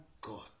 God